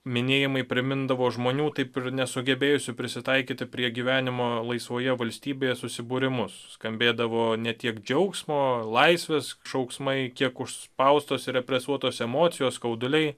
minėjimai primindavo žmonių taip ir nesugebėjusių prisitaikyti prie gyvenimo laisvoje valstybėje susibūrimus skambėdavo ne tiek džiaugsmo laisvės šauksmai kiek užspaustos represuotos emocijos skauduliai